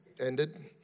ended